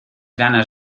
ganas